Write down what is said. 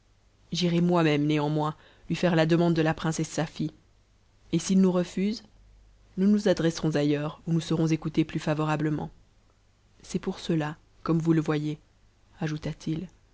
j'irai moi-même néanmoins lui faire la demandede la prin sse sa fitte et s'il nous refuse nous nous adresserons ailleurs où nous xcons écoutés plus favorablement c'est pour cela comme vous te voyez